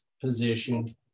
positioned